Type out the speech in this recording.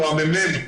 אן הממ"מ,